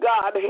God